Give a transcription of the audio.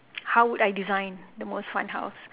how would I design the most fun house